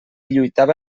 lluitava